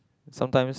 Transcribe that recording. sometimes